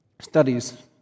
studies